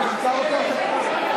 לא כתוב.